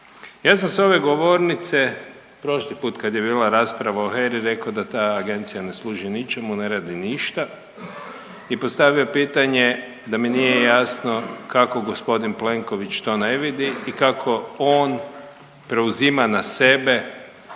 Ja sam s ove govornice prošli put kad je bila rasprava o HERI rekao da ta agencija ne služi ničemu, ne radi ništa i postavio pitanje da mi nije jasno kako gospodin Plenković to ne vidi i kako on preuzima na sebe